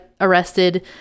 arrested